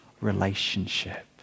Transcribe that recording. relationship